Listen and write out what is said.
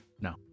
No